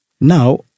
Now